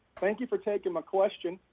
thank you for taking my question.